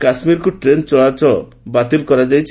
କାଶ୍ମୀରକୁ ଟ୍ରେନ୍ ସେବା ବାତିଲ୍ କରାଯାଇଛି